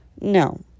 No